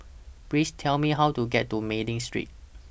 Please Tell Me How to get to Mei Ling Street